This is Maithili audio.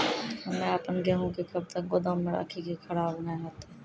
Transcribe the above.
हम्मे आपन गेहूँ के कब तक गोदाम मे राखी कि खराब न हते?